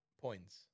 points